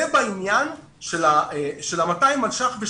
זה בעניין של ה-200 מיליון שקלים.